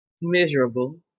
miserable